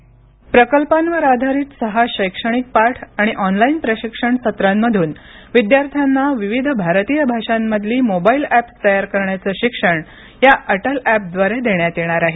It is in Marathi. स्क्रिप्ट प्रकल्पांवर आधारित सहाशैक्षणिक पाठ आणि ऑनलाईन प्रशिक्षण सत्रांमधून विद्यार्थ्यांना विविध भारतीय भाषांमधली मोबाईल ऍप्स तयार करण्याचं शिक्षण या अटल ऍपद्वारे देण्यात येणार आहे